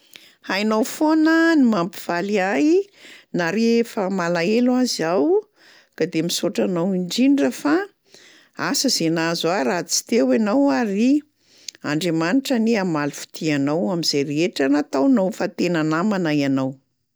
“Hainao foana ny mampifaly anahy na rehefa malahelo aza aho. Ka de misaotra anao indrindra fa asa zay nahazo ahy raha tsy teo ianao ary Andriamanitra anie hamaly fitia anao am'zay rehetra nataonao, fa tena namana ianao.”